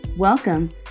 Welcome